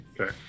Okay